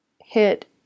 hit